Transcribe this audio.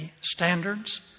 standards